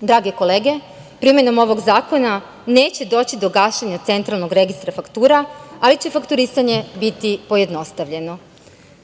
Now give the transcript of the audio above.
Drage kolege, primenom ovog zakona neće doći do gašenja Centralnog registra faktura, ali će fakturisanje biti pojednostavljeno.U